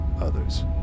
others